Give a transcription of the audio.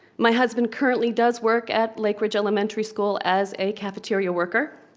my husband currently does work at lakeridge elementary school as a cafeteria worker.